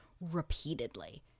repeatedly